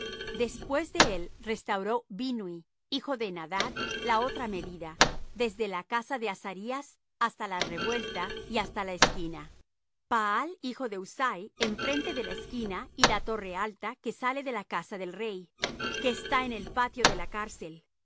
después de él restauró binnui hijo de henadad la otra medida desde la casa de azarías hasta la revuelta y hasta la esquina paal hijo de uzai enfrente de la esquina y la torre alta que sale de la casa del rey que está en el patio de la cárcel